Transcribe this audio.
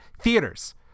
theaters